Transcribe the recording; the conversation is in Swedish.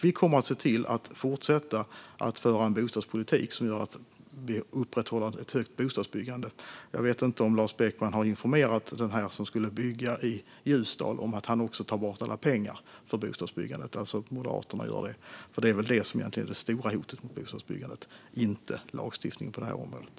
Vi kommer att fortsätta föra en bostadspolitik som gör att vi upprätthåller ett högt bostadsbyggande. Jag vet inte om Lars Beckman har informerat personen som skulle bygga i Ljusdal om att Moderaterna tar bort alla pengar för bostadsbyggandet. Det är väl detta som egentligen är det stora hotet mot bostadsbyggandet - inte lagstiftningen på det här området.